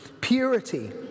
Purity